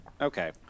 Okay